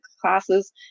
classes